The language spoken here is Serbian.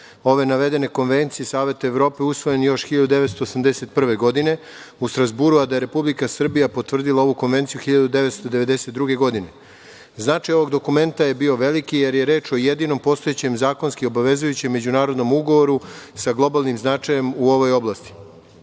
ove navedene Konvencije Saveta Evrope, usvojen još 1981. godine u Strazburu, a da je Republika Srbija potvrdila ovu Konvenciju 1992. godine. Značaj ovog dokumenta je bio veliki jer je reč o jedinom postojećem zakonski obavezujućem međunarodnom ugovoru sa globalnim značajem u ovoj oblasti.